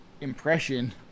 impression